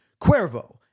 Cuervo